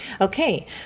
Okay